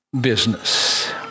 business